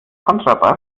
kontrabass